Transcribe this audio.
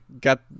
got